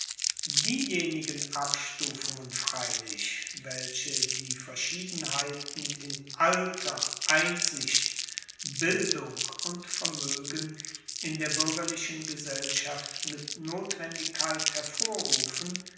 diejenigen abstufungen freilich welche die verschiedenheiten in alter einsicht bildung und vermoegen in der buergerlichen gesellschaft mit notwendigkeit hervorrufen